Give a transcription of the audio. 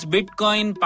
Bitcoin